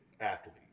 athlete